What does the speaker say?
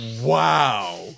Wow